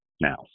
now